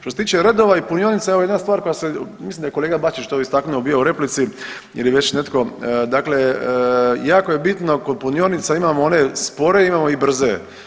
Što se tiče redova i punionica, evo jedna stvar koja se, mislim da je kolega Bačić to istaknuo bio u replici, jer je već netko, dakle jako je bitno, kod punionica imamo one spore imamo i brze.